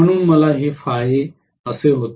म्हणून मला हे असे होते